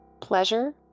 Pleasure